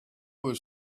was